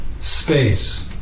space